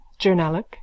Journalic